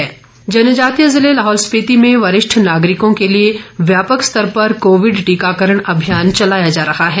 Lahaul vaccination जनजातीय जिले लाहौल स्पिति में वरिष्ठ नागरिकों के लिए व्यापक स्तर पर कोविड टीकाकरण अभियान चलाया जा रहा है